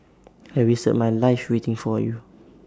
I wasted my life waiting for you